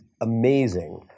amazing